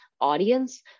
audience